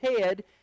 head